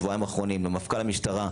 שבועיים האחרונים למפכ"ל המשטרה,